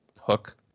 hook